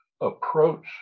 approach